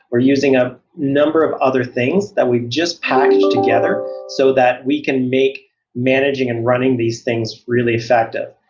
or using a number of other things that we just packaged together so that we can make managing and running these things really effective.